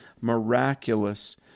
Miraculous